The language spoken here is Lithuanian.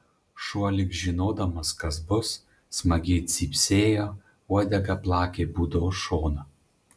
šuo lyg žinodamas kas bus smagiai cypsėjo uodega plakė būdos šoną